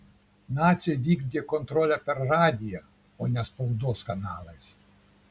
naciai vykdė kontrolę per radiją o ne spaudos kanalais